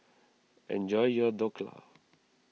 enjoy your Dhokla